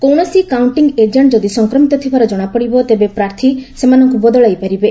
କୌଣସି counting agent ଯଦି ସଂକ୍ରମିତ ଥିବାର ଜଣାପଡ଼ିବ ତେବେ ପ୍ରାର୍ଥୀ ସେମାନଙ୍କୁ ବଦଳାଇ ପାରିବେ